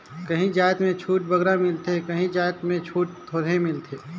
काहीं जाएत में छूट बगरा मिलथे काहीं जाएत में छूट थोरहें मिलथे